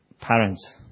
parents